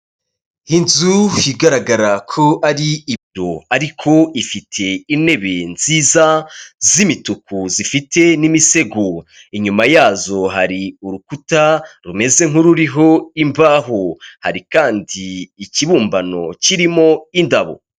Inzu igaragara ko ari ibiro ariko ifite intebe nziza z'imituku zifite n'imisego, inyuma yazo hari urukuta rumeze nk'ururiho imvaho, hari kandi ikibumbano kirimo indabo.